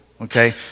okay